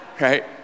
right